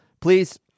please